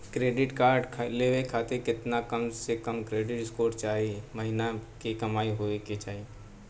Credit card लेवे खातिर केतना कम से कम क्रेडिट स्कोर चाहे महीना के कमाई होए के चाही?